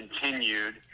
continued